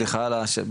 סליחה על השאלה,